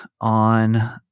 on